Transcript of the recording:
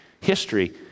history